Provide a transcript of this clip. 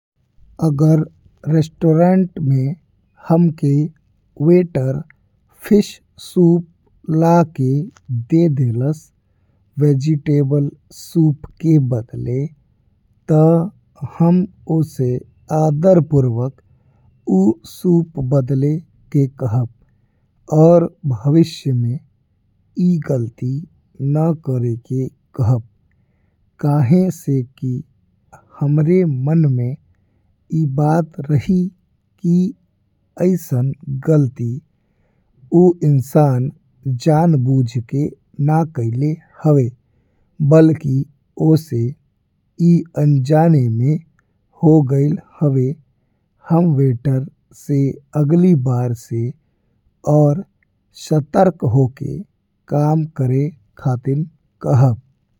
अगर रेस्टोरेंट में हमके वेटर फिश सूप ला के दे देलस वेजिटेबल सूप के बदले ता हम उ से आदरपूर्वक ऊ सूप बदले के कहब। और भविष्य में ई गलती ना करे के कहब, काहे से कि हमरे मन में ई बात रहल कि अइसन गलती ऊ इंसान जान बुझ के ना कईले हवे। बल्कि उ से ई अनजाने में हो गइल हवे, हम वेटर से अगली बार से और सतर्क होके काम करे खातिर कहब।